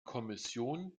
kommission